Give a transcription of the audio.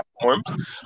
platforms